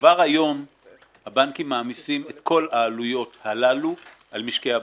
כבר היום הבנקים מעמיסים את כל העלויות הללו על משקי הבית.